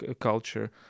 culture